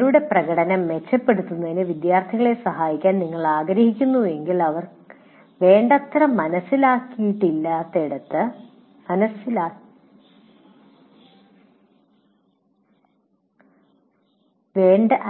അവരുടെ പ്രകടനം മെച്ചപ്പെടുത്തുന്നതിന് വിദ്യാർത്ഥികളെ സഹായിക്കാൻ നിങ്ങൾ ആഗ്രഹിക്കുന്നു അല്ലെങ്കിൽ അവർ വേണ്ടത്ര മനസ്സിലാക്കാത്തയിടത്ത്